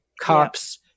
Cops